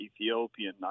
Ethiopian